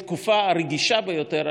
בתקופה הרגישה ביותר,